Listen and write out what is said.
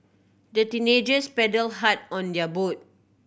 the teenagers paddled hard on their boat